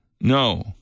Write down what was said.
No